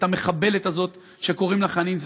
את המחבלת הזאת שקוראים לה חנין זועבי.